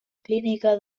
clínica